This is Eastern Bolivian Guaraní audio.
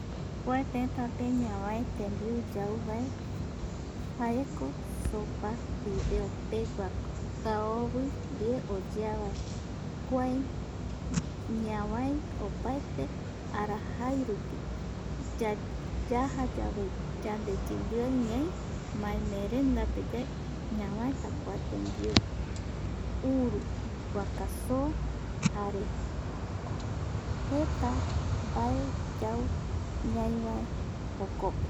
Kua tetape ñave tembiu yauvae jaeko sopa fideopeguavae kaovi ndie oyeavae kuae ñavae opatete arajairupi yajayave yandeyimbiaiñai maemeerendapeyave ñavaeta kua tembiu